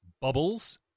Bubbles